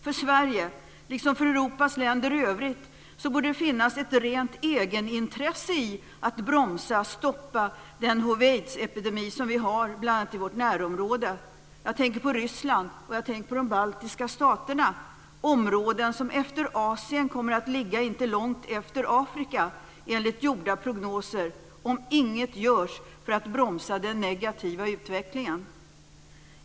För Sverige liksom för Europas länder i övrigt borde det ligga ett rent egenintresse i att bromsa eller stoppa den hiv/aids-epidemi som vi har bl.a. i vårt närområde. Jag tänker på Ryssland och på de baltiska staterna. Enligt gjorda prognoser kommer dessa områden näst efter Asien inte att ligga långt efter Afrika, om inget görs för att bromsa den negativa utvecklingen.